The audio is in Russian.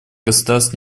государств